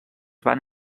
van